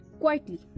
quietly